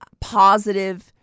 positive